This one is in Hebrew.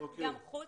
חוץ